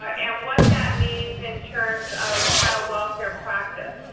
ah and what that means in terms of child welfare practice.